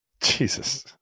Jesus